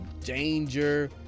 danger